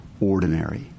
ordinary